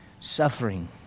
suffering